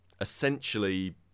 essentially